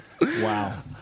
Wow